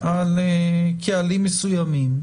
על קהלים מסוימים,